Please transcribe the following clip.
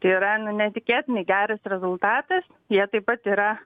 tai yra nu neįtikėtinai geras rezultatas jie taip pat yra